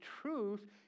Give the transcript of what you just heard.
truth